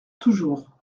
toujours